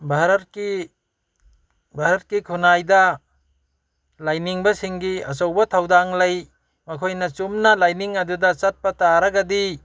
ꯚꯥꯔꯠꯀꯤ ꯚꯥꯔꯠꯀꯤ ꯈꯨꯅꯥꯏꯗ ꯂꯥꯏꯅꯤꯡꯕꯁꯤꯡꯒꯤ ꯑꯆꯧꯕ ꯊꯧꯗꯥꯡ ꯂꯩ ꯃꯈꯣꯏꯅ ꯆꯨꯝꯅ ꯂꯥꯏꯅꯤꯡ ꯑꯗꯨꯗ ꯆꯠꯄ ꯇꯥꯔꯒꯗꯤ